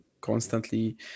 constantly